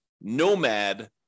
nomad